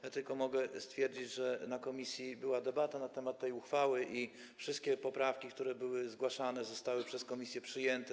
Mogę tylko stwierdzić, że na posiedzeniu komisji była debata na temat tej uchwały i wszystkie poprawki, które były zgłaszane, zostały przez komisję przyjęte.